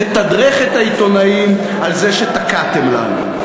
לתדרך את העיתונאים על זה שתקעתם לנו?